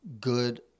good